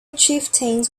chieftains